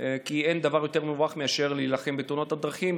כי אין דבר יותר מבורך מאשר להילחם בתאונות הדרכים.